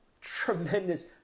tremendous